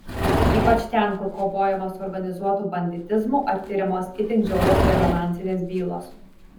ypač ten kur kovojama su organizuotu banditizmu ar tiriamos itin žiaurios rezonansinės bylos